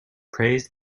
praised